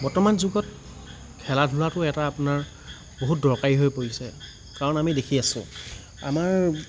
বৰ্তমান যুগত খেলা ধূলাটো এটা আপোনাৰ বহুত দৰকাৰী হৈ পৰিছে কাৰণ আমি দেখি আছোঁ আমাৰ